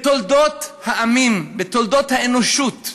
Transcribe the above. בתולדות העמים, בתולדות האנושות,